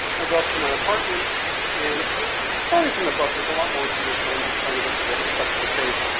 i go up to my apartment and the the story is in the book, there's a lot more to this, but i'm just trying to get to the, cut to the chase.